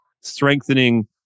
strengthening